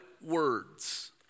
words